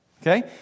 Okay